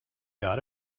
got